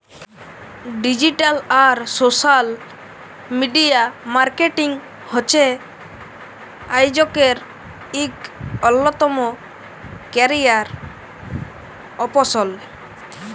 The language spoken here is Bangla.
ডিজিটাল আর সোশ্যাল মিডিয়া মার্কেটিং হছে আইজকের ইক অল্যতম ক্যারিয়ার অপসল